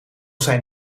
zijn